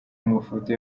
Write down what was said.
amafoto